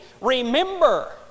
remember